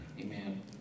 Amen